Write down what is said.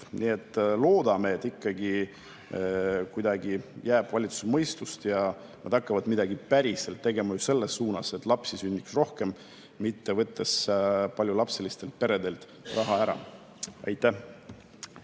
Nii et loodame, et ikkagi kuidagi jääb valitsusele mõistust ja nad hakkavad midagi päriselt tegema selles suunas, et lapsi sünniks rohkem, mitte ei võtaks paljulapselistelt peredelt raha ära. Aitäh!